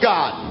God